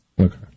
Okay